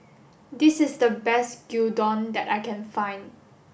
this is the best Gyudon that I can find